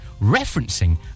referencing